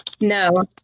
No